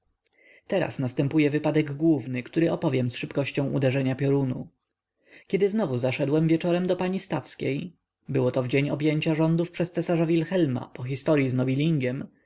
teraz następuje wypadek główny który opowiem z szybkością uderzenia piorunu kiedy znowu zaszedłem wieczorem do pani stawskiej było to w dzień objęcia rządów przez cesarza wilhelma po historyi z nobilingiem